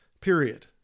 period